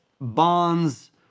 bonds